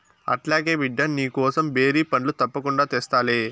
అట్లాగే బిడ్డా, నీకోసం బేరి పండ్లు తప్పకుండా తెస్తాలే